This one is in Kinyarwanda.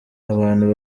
abantu